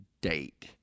date